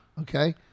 Okay